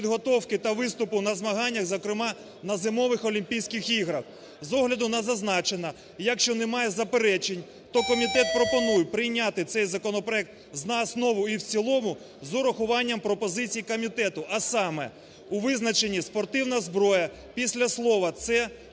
та виступу на змаганнях, зокрема, на зимових олімпійських іграх. З огляду на зазначене, якщо немає заперечень, то комітет пропонує прийняти цей законопроект за основу і в цілому з урахуванням пропозицій комітету, а саме у визначенні "спортивна зброя" після слова "це"